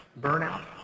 burnout